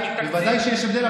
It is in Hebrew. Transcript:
בוודאי שיש הבדל,